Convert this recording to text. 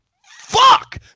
fuck